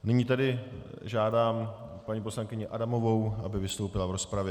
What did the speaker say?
Nyní tedy žádám paní poslankyni Adamovou, aby vystoupila v rozpravě.